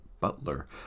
Butler